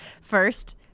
First